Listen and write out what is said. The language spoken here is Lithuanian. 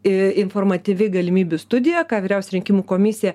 informatyvi galimybių studija ką vyriausia rinkimų komisija